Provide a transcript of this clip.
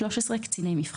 (13)קציני מבחן.